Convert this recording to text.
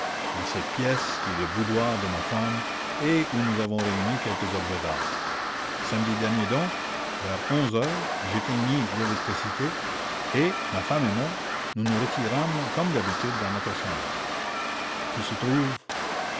dans cette pièce qui est le boudoir de ma femme et où nous avons réuni quelques objets d'art samedi dernier donc vers onze heures j'éteignis l'électricité et ma femme et moi nous nous retirâmes comme d'habitude dans notre chambre qui se trouve